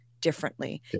differently